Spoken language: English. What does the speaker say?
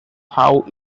how